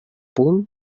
punt